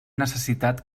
necessitat